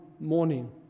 morning